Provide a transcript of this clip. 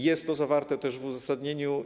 Jest to zawarte w uzasadnieniu.